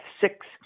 six